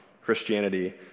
Christianity